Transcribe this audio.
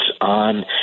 on